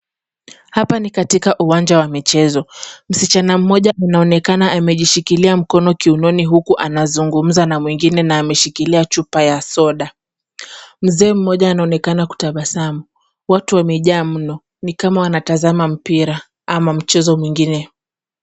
Hapa ni katika uwanja wa michezo. Msichana mmoja anaonekana amejishikilia mkono kiunoni huku anazungumza na mwingine na ameshikilia chupa ya soda. Mzee mmoja anaonekana kutabasamu. Watu wamejaa mno ni kama wanatazama mpira ama mchezo mwingine.